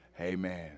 Amen